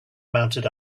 mounted